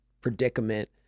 predicament